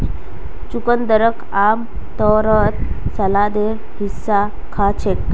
चुकंदरक आमतौरत सलादेर हिस्सा खा छेक